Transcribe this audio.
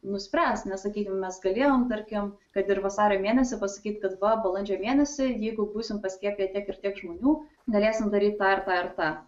nuspręst nes sakykim mes galėjom tarkim kad ir vasario mėnesį pasakyt kad va balandžio mėnesį jeigu būsim paskiepiję tiek ir tiek žmonių galėsim daryt tą ir tą ir tą